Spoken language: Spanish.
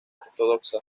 ortodoxa